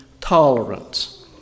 tolerance